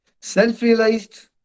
Self-realized